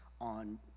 on